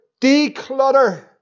declutter